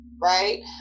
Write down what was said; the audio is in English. right